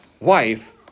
wife